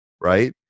right